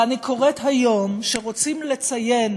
ואני קוראת היום שרוצים לציין